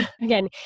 Again